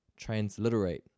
transliterate